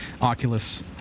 Oculus